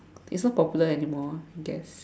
it's not popular anymore I guess